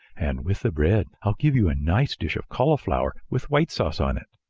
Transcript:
and with the bread, i'll give you a nice dish of cauliflower with white sauce on it.